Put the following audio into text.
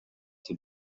den